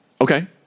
Okay